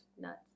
nuts